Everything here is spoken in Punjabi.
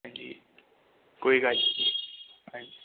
ਹਾਂਜੀ ਕੋਈ ਗੱਲ ਹਾਂਜੀ